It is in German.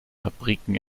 fabriken